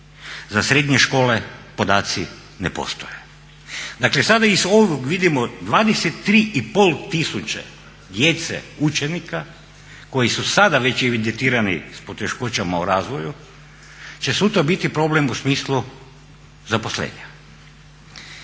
Za srednje škole podaci ne postoje. Dakle, sada iz ovog vidimo 23 i pol tisuće djece, učenika koji su sada već evidentirani sa poteškoćama u razvoju će sutra biti problem u smislu zaposlenja.